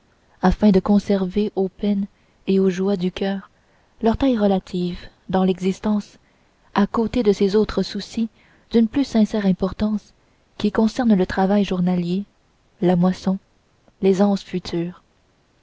afin de conserver aux peines et aux joies du coeur leur taille relative dans l'existence à côté de ces autres soucis d'une plus sincère importance qui concernent le travail journalier la moisson l'aisance future